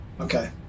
Okay